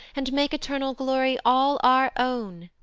and make eternal glory all our own.